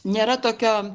nėra tokio